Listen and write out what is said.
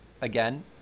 again